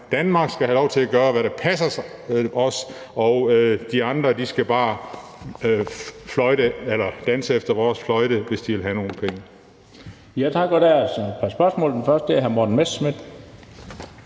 Danmark skal vi have lov til at gøre, hvad der passer os; de andre skal bare danse efter vores fløjte, hvis de vil have nogle penge.